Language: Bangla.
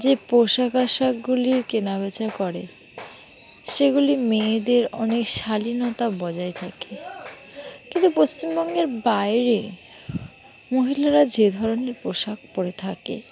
যে পোশাক আশাকগুলি কেনা বেচা করে সেগুলি মেয়েদের অনেক শালীনতা বজায় রাখে কিন্তু পশ্চিমবঙ্গের বাইরে মহিলারা যে ধরনের পোশাক পরে থাকে